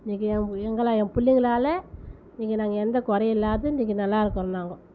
இன்றைக்கு என் எங்களை என் பிள்ளைங்களால இன்றைக்கு நாங்கள் எந்த குறையும் இல்லாத இன்றைக்கு நல்லா இருக்கிறோம் நாங்க